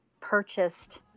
purchased